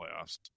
playoffs